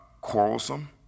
quarrelsome